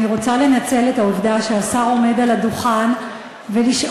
אני רוצה לנצל את העובדה שהשר עומד על הדוכן ולשאול